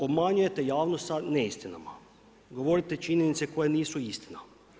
Obmanjujete javnost sa neistinama, govorite činjenice koje nisu istina.